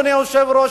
אדוני היושב-ראש,